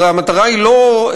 הרי המטרה היא לא,